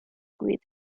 with